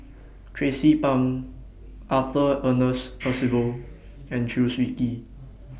Tracie Pang Arthur Ernest Percival and Chew Swee Kee